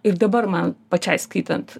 ir dabar man pačiai skaitant